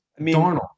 Darnold